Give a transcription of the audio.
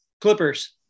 Clippers